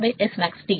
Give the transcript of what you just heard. తెలుసు